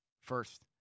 first